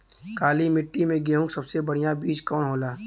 काली मिट्टी में गेहूँक सबसे बढ़िया बीज कवन होला?